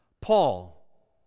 Paul